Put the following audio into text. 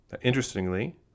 Interestingly